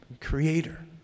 creator